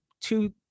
two